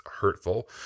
hurtful